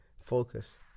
focus